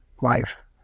life